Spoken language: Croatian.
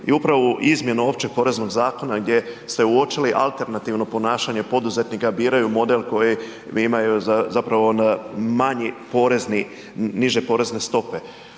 i upravo ovu izmjenu Općeg poreznog zakona gdje ste uočili alternativno ponašanje poduzetnika, biraju model koji imaju zapravo manji porezni, niže porezne stope.